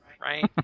Right